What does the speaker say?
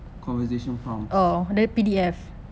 conversation froms